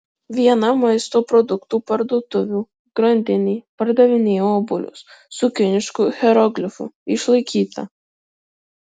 viena maisto produktų parduotuvių grandinė pardavinėja obuolius su kinišku hieroglifu išlaikyta